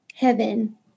heaven